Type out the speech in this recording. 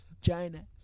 China